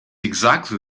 exactly